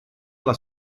alla